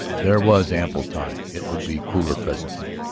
there was ample time, it would be cooler presently.